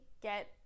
get